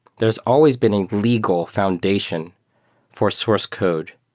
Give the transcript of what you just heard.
there's always been a legal foundation for source code.